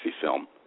film